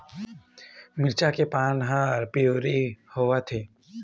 मिरचा के पान हर पिवरी होवथे?